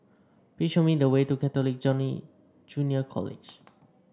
please show me the way to Catholic Junior College